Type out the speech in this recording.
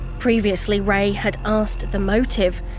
previously ray had asked the motive,